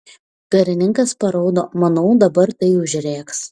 karininkas paraudo manau dabar tai užrėks